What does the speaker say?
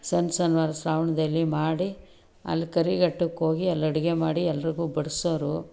ಶನಿ ಶನಿವಾರ ಶ್ರಾವಣದಲ್ಲಿ ಮಾಡಿ ಅಲ್ಲಿ ಕರಿಘಟ್ಟಕ್ಕೋಗಿ ಅಲ್ಲಿ ಅಡುಗೆ ಮಾಡಿ ಎಲ್ರಿಗೂ ಬಡಿಸೋರು